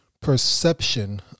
perception